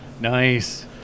Nice